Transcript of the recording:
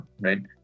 right